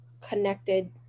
connected